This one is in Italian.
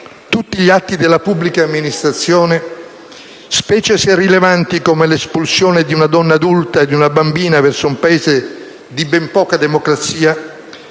tutti gli atti della pubblica amministrazione, specie se rilevanti come l'espulsione di una donna adulta e di una bambina verso un Paese di ben poca democrazia,